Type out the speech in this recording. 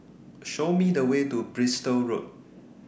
Show Me The Way to Bristol Road